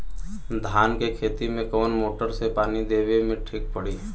धान के खेती मे कवन मोटर से पानी देवे मे ठीक पड़ी?